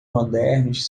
modernos